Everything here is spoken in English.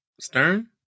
Stern